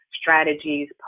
strategies